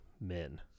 men